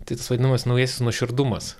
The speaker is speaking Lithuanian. tai tas vadinamas naujasis nuoširdumas